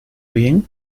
bien